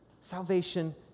salvation